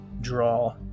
draw